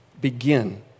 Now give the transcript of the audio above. begin